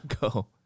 go